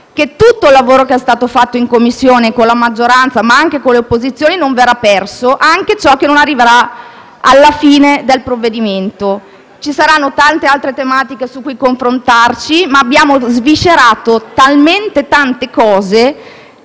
che tutto il lavoro fatto nelle Commissioni riunite con la maggioranza, ma anche con le opposizioni, non verrà perso, anche ciò che non arriverà alla fine dell'esame del provvedimento. Ci saranno molte altre tematiche su cui confrontarci. Comunque abbiamo sviscerato talmente tante